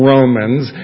Romans